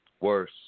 Worse